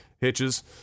hitches